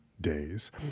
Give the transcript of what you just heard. days